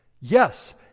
Yes